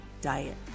Diet